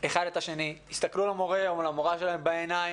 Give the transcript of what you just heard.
אחד את השני, יסתכלו על המורים שלהם בעין,